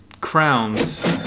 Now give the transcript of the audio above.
crowns